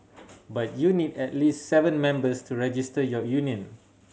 but you need at least seven members to register your union